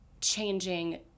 changing